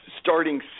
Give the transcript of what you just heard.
starting